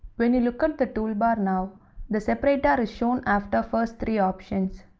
when you look at the toolbar now the separator is shown after first three options.